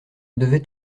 devait